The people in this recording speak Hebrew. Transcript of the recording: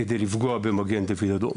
כדי לפגוע במגן דוד אדום.